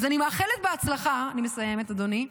אז אני מאחלת בהצלחה, אני מסיימת, אדוני,